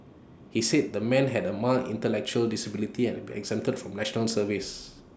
he said the man had A mild intellectual disability and been exempted from National Service